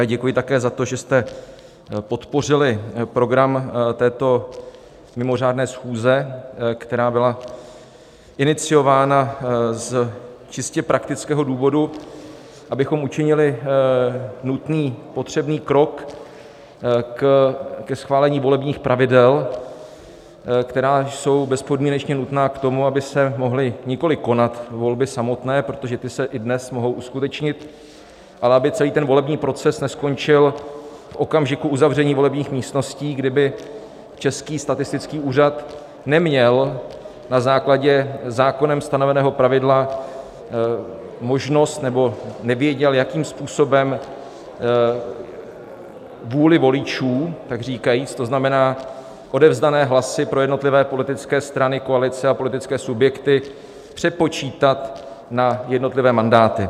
Děkuji také za to, že jste podpořili program této mimořádné schůze, která byla iniciována z čistě praktického důvodu, abychom učinili nutný potřebný krok ke schválení volebních pravidel, která jsou bezpodmínečně nutná k tomu, aby se mohly nikoli konat volby samotné, protože ty se i dnes mohou uskutečnit, ale aby celý ten volební proces neskončil v okamžiku uzavření volebních místností, kdy by Český statistický úřad neměl na základě zákonem stanoveného pravidla možnost nebo nevěděl, jakým způsobem vůli voličů takříkajíc, to znamená odevzdané hlasy pro jednotlivé politické strany, koalice a politické subjekty, přepočítat na jednotlivé mandáty.